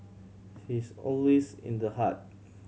he's always in the heart